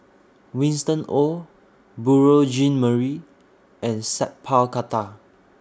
Winston Oh Beurel Jean Marie and Sat Pal Khattar